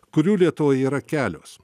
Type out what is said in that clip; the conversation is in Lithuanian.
kurių lietuvoj yra kelios